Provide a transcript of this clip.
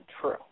true